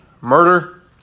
murder